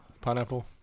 pineapple